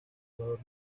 jugador